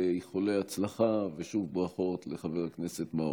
ואיחולי הצלחה ושוב ברכות לחבר הכנסת מעוז.